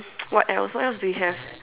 what else what else do we have